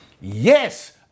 Yes